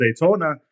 Daytona